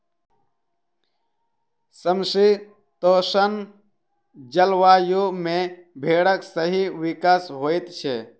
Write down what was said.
समशीतोष्ण जलवायु मे भेंड़क सही विकास होइत छै